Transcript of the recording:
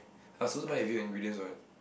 I was suppose buy with you ingredients what